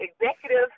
executive